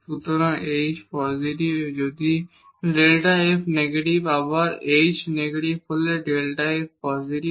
সুতরাং h positive যদি Δ f negative আবার h নেগেটিভ হলে Δ f পজিটিভ